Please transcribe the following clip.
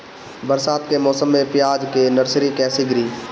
बरसात के मौसम में प्याज के नर्सरी कैसे गिरी?